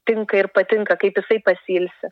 tinka ir patinka kaip jisai pasiilsi